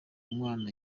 mwana